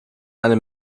eine